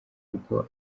kuko